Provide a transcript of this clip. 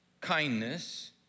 kindness